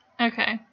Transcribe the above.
Okay